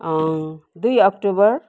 दुई अक्टोबर